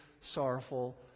sorrowful